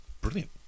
brilliant